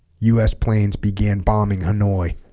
u s planes began bombing hanoi